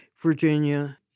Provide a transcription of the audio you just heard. Virginia